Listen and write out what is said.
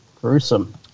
gruesome